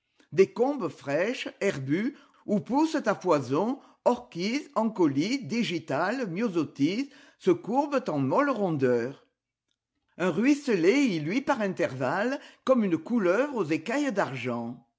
des combes fraîches herbues où poussent à foison orchis ancolies digitales myosotis se courbent en molles rondeurs un ruisselet y luit par intervalles comme une couleuvre aux écailles d'argent